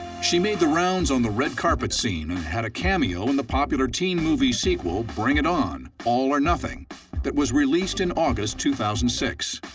she made the rounds on the red carpet scene and had a cameo in the popular teen movie sequel bring it on all or nothing that was released in august two thousand and six.